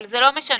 אבל, זה לא משנה.